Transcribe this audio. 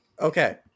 Okay